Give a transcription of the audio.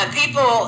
people